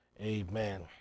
Amen